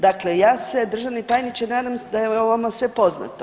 Dakle ja se državni tajniče nadam da je ovo vama sve poznato.